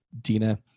Dina